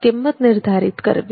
કિંમત નિર્ધારિત કરવી